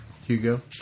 Hugo